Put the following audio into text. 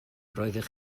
roeddech